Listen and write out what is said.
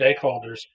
stakeholders